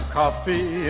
coffee